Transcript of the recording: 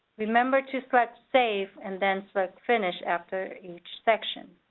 remember to select save, and then select finish after each section.